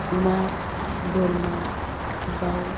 अमा बोरमा दाउ